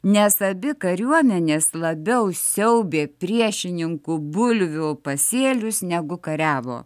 nes abi kariuomenės labiau siaubė priešininkų bulvių pasėlius negu kariavo